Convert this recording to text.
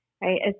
right